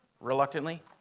Reluctantly